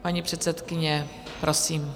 Paní předsedkyně, prosím.